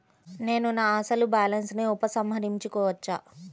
నేను నా అసలు బాలన్స్ ని ఉపసంహరించుకోవచ్చా?